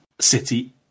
City